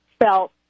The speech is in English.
felt